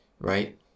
right